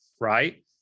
right